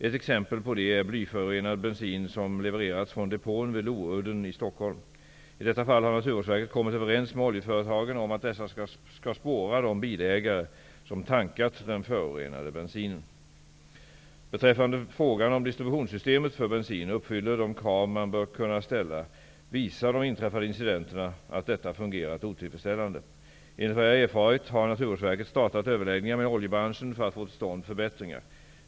Ett exempel på det är blyförorenad bensin som levererats från depån vid Naturvårdsverket kommit överens med oljeföretagen om att dessa skall spåra de bilägare som tankat den förorenade bensinen. Beträffande frågan om distributionssystemet för bensin uppfyller de krav man bör kunna ställa, visar de inträffade incidenterna att detta fungerat otillfredsställande. Enligt vad jag har erfarit har Naturvårdsverket startat överläggningar med oljebranschen för att få till stånd förbättringar.